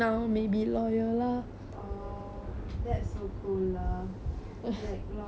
oh that's so cool lah like lawyer all damn cool